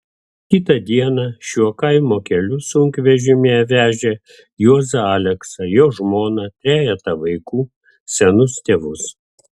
kitą dieną šiuo kaimo keliu sunkvežimyje vežė juozą aleksą jo žmoną trejetą vaikų senus tėvus